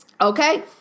Okay